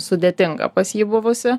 sudėtinga pas jį buvusi